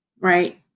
right